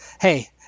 Hey